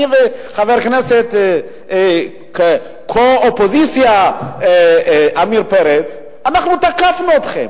אני וחבר הכנסת מהקו-אופוזיציה עמיר פרץ תקפנו אתכם,